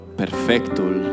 perfectul